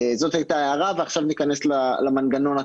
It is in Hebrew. זאת היתה ההערה ועכשיו ניכנס למנגנון עצמו.